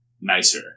nicer